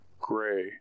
gray